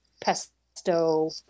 pesto